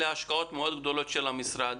אלה השקעות גדולות מאוד של המשרד